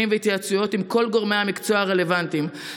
והתייעצויות עם כל גורמי המקצוע הרלוונטיים,